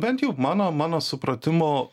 bent jau mano mano supratimu